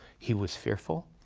he was fearful.